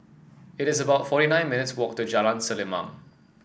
it is about forty nine minutes walk to Jalan Selimang